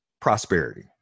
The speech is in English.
prosperity